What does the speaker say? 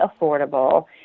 affordable